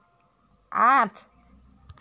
আঠ